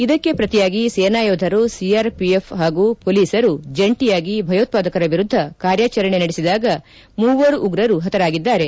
ಇದಕ್ಕೆ ಪ್ರತಿಯಾಗಿ ಸೇನಾಯೋಧರು ಸಿಆರ್ಪಿಎಫ್ ಹಾಗೂ ಮೊಲೀಸರು ಜಂಟಿಯಾಗಿ ಭಯೋತ್ಪಾದಕರ ವಿರುದ್ದ ಕಾರ್ಯಾಚರಣೆ ನಡೆಸಿದಾಗ ಮೂವರು ಉಗ್ರರು ಪತರಾಗಿದ್ದಾರೆ